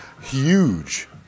huge